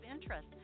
interest